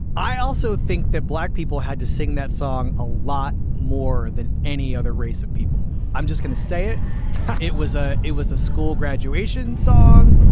i also think that black people had to sing that song a lot more than any other race of people. i'm just going to say it it was a it was a school graduation song.